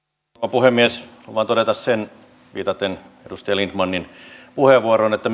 puhemies haluan todeta sen viitaten edustaja lindtmanin puheenvuoroon että